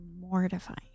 mortifying